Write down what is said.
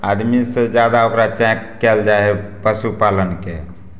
आदमीसँ जादा ओकरा चेक कयल जाइ हइ पशुपालनके